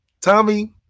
Tommy